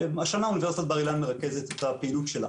השנה אוניברסיטת בר-אילן מרכזת את הפעילות שלה.